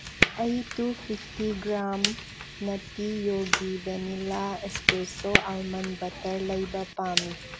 ꯑꯩ two fifty gram ꯅꯠꯇꯤꯌꯣꯒꯤ vanilla espresso almond butter ꯂꯩꯕ ꯄꯥꯝꯃꯤ